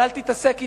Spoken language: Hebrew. אבל אל תתעסק אתם,